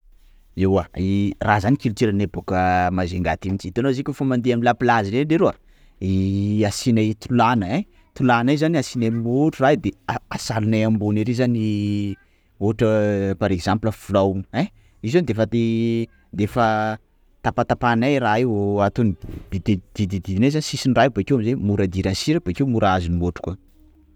Ewa, ah raha zany culture nay boaka a Majunga aty mintsy, hitanao zio koafa mandeh a la plage reny leroa asinay tolàna ai, tolàna io zany asinay motro raha io de hasalinay ambony ary zany ohatra par exemple filao ein, io zany de efa de efa tapatapahinay raha io de atono de didididinay zany sisiny raha io bakeo mora azony sira bakeo mora azony motro koa.